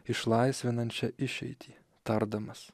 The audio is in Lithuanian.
išlaisvinančią išeitį tardamas